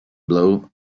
blow